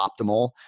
optimal